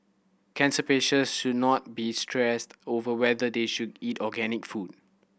cancer patients should not be stressed over whether they should eat organic food